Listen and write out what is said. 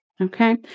okay